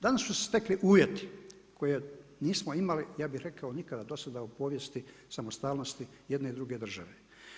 Da li su se stekli uvjeti koje nismo imali, ja bi rekao nikada do sada u povijesti samostalnosti jedne i druge države.